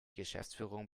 geschäftsführung